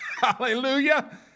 Hallelujah